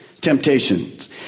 temptations